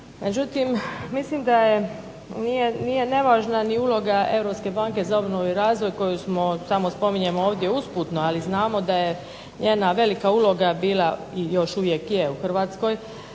Međutim mislim da je, nije nevažna ni uloga Europske banke za obnovu i razvoj koju smo tamo, spominjemo ovdje usputno, ali znamo da je njena velika uloga bila, i još uvijek je u Hrvatskoj,